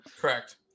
Correct